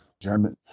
Germans